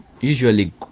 usually